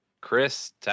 Chris